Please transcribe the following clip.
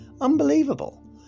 Unbelievable